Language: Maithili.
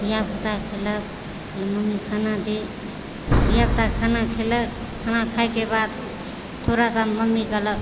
धियापुता खेलक कहलक मम्मी खाना दे धियापुता खाना खेलक खाना खायके बाद थोड़ासा मम्मी कहलक